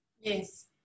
Yes